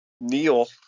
Neil